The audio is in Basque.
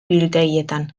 biltegietan